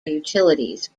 utilities